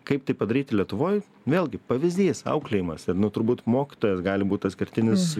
kaip tai padaryti lietuvoj vėlgi pavyzdys auklėjimas ir nu turbūt mokytojas gali būt tas kertinis